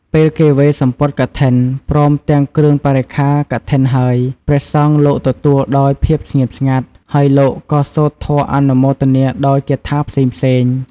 ពេលគេវេរសំពត់កឋិន ព្រមទាំងគ្រឿងបរិក្ខារកឋិនហើយ ព្រះសង្ឃលោកទទួលដោយភាពស្ងៀមស្ងាត់ ហើយលោកក៏សូត្រធម៌អនុមោទនាដោយគាថាផ្សេងៗ។